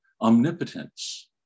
omnipotence